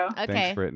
Okay